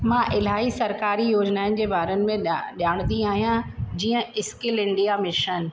मां इलाही सरकारी योजनाउनि जे बारे में ॼा ॼाणंदी आहियां जीअं स्किल इंडिया मिशन